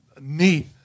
neat